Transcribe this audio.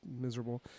miserable